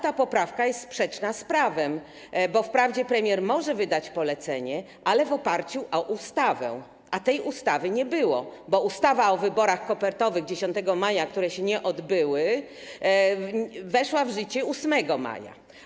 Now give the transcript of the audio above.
Ta poprawka jest sprzeczna z prawem, bo wprawdzie premier może wydać polecenie, ale w oparciu o ustawę, a tej ustawy nie było, bo ustawa o wyborach kopertowych 10 maja, które się nie odbyły, weszła w życie 8 maja.